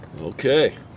okay